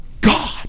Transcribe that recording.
God